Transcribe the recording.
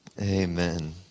Amen